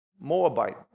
Moabite